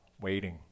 waiting